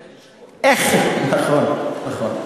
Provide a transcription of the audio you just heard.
נכון, נכון.